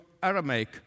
Aramaic